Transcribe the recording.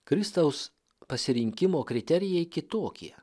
kristaus pasirinkimo kriterijai kitokie